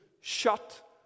shut